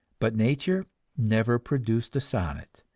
but nature never produced a sonnet,